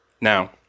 Now